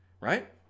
right